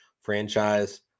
franchise